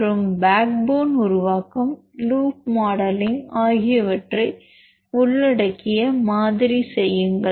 மற்றும் backbone உருவாக்கம் loop modelling ஆகியவற்றை உள்ளடக்கிய மாதிரி செய்யுங்கள்